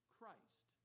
Christ